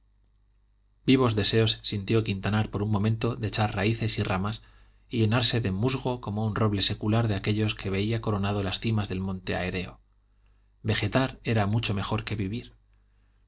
vivos deseos sintió quintanar por un momento de echar raíces y ramas y llenarse de musgo como un roble secular de aquellos que veía coronando las cimas del monte areo vegetar era mucho mejor que vivir